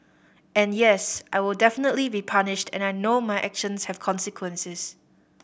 and yes I will definitely be punished and I know my actions have consequences